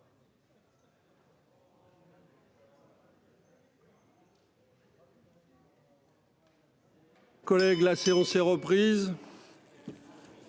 Collègues, la séance est reprise.